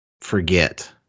forget